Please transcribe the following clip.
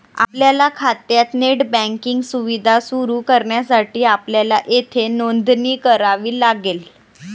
आपल्या खात्यात net banking सुविधा सुरू करण्यासाठी आपल्याला येथे नोंदणी करावी लागेल